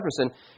Jefferson